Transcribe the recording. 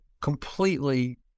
completely